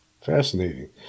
Fascinating